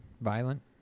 violent